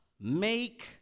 make